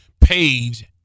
page